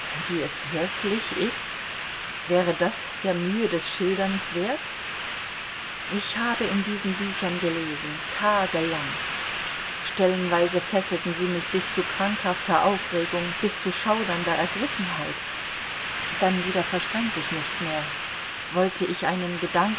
wie es wirklich ist wäre das der mühe des schilderns wert ich habe in diesen büchern gelesen tagelang stellenweise fesselten sie mich bis zu krankhafter aufregung bis zu schaudernder ergriffenheit dann wieder verstand ich nicht mehr wollte ich einen